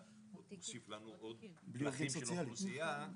אתה מוסיף לנו עוד פלחים של אוכלוסייה.